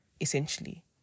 essentially